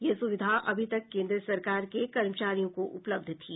यह सुविधा अभी तक केन्द्र सरकार के कर्मचारियों को उपलब्ध थी